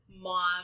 mom